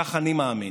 כך אני מאמין.